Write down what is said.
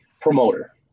promoter